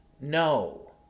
No